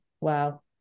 wow